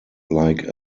like